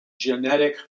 genetic